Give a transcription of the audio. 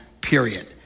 period